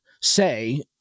say